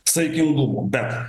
saikingumo bet